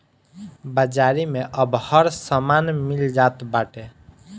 बाजारी में अब हर समान मिल जात बाटे